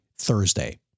Thursday